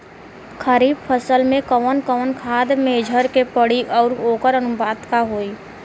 खरीफ फसल में कवन कवन खाद्य मेझर के पड़ी अउर वोकर अनुपात का होई?